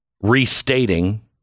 restating